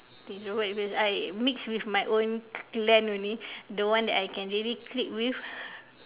introvert because I mix with my own clan only the one that I can really click with